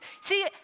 See